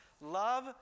love